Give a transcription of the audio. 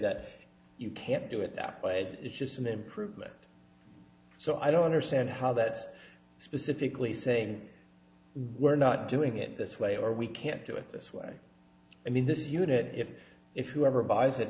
that you can't do it that way it's just an improvement so i don't understand how that's specifically say we're not doing it this way or we can't do it this way i mean this unit if if you ever buys